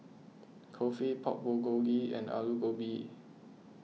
Kulfi Pork Bulgogi and Alu Gobi